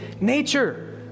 nature